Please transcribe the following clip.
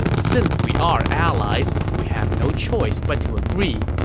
since we are allies, we have no choice but to agree.